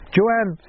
Joanne